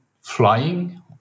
flying